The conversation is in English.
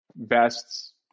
vests